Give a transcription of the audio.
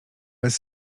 bez